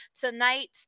tonight